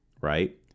right